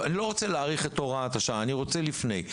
לא רוצה להאריך את הוראת השעה אני רוצה לפני.